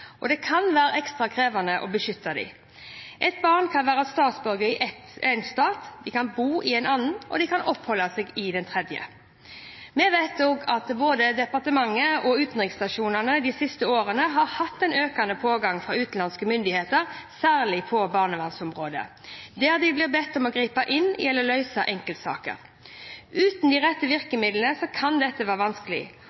og det kan være ekstra krevende å beskytte dem. Et barn kan være statsborger i én stat, bo i en annen og oppholde seg i en tredje. Både departementene og utenriksstasjonene har de siste årene hatt økende pågang fra utenlandske myndigheter, særlig på barnevernsområdet, der de blir bedt om å gripe inn i eller løse enkeltsaker. Uten de rette virkemidlene kan dette være vanskelig.